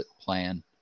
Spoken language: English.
plan